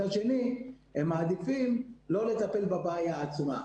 מצד שני, הם מעדיפים לא לטפל בבעיה עצמה.